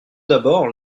d’abord